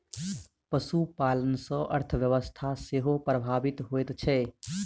पशुपालन सॅ अर्थव्यवस्था सेहो प्रभावित होइत छै